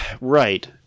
right